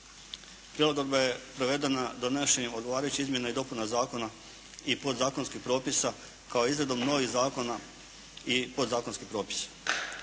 Prilagodba je provedena donašanjem odgovarajućih izmjena i dopuna zakona i podzakonskih propisa kao i izradom novih zakona i podzakonskih propisa.